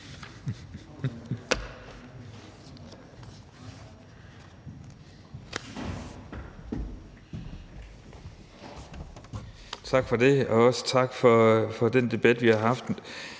Tak for det, og også tak for den debat, vi har haft.